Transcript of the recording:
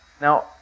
Now